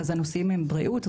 אז הנושאים הם בריאות,